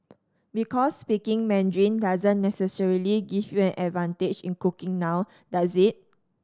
because speaking Mandarin doesn't necessarily give you an advantage in cooking now does it